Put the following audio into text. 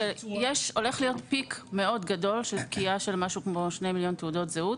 באוגוסט 2022 הולך להיות פיק מאוד גדול של פקיעת כ-2 מיליון תעודות זהות